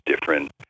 different